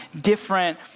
different